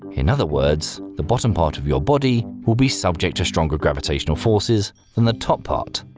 in other words, the bottom part of your body will be subject to stronger gravitational forces than the top part,